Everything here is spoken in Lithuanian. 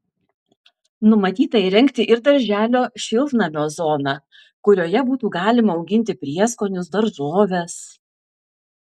numatyta įrengti ir darželio šiltnamio zoną kurioje būtų galima auginti prieskonius daržoves